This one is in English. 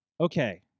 okay